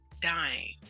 dying